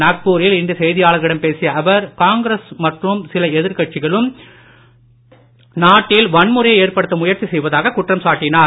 நாக்பூரில் இன்று செய்தியாளர்களிடம் பேசிய அவர் காங்கிரசும் மற்றும் சில எதிர் கட்சிகளும் நாட்டில் வன்முறையை ஏற்படுத்த முயற்சி செய்வதாகக் குற்றம் சாட்டினார்